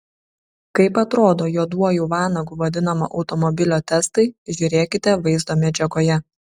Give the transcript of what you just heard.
kaip atrodo juoduoju vanagu vadinamo automobilio testai žiūrėkite vaizdo medžiagoje